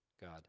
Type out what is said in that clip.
God